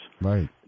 Right